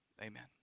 amen